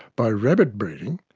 by rabbit breeding,